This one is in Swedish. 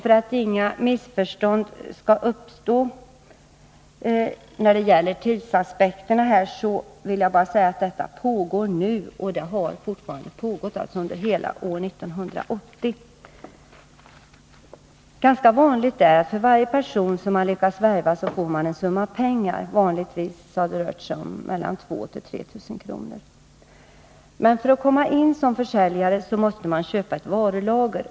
För att inga missförstånd skall uppstå angående tidsaspekten, vill jag påpeka att detta pågår nu och har pågått under hela 1980. Det är ganska vanligt att man för varje person man lyckats värva får en summa pengar, vanligtvis mellan 2 000 och 3 000 kr. Men för att komma in som försäljare måste man köpa ett varulager.